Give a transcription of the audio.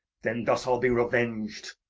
then thus i'll be revenged.